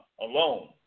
alone